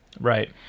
Right